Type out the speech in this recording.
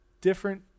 Different